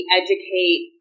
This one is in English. educate